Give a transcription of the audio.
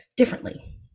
differently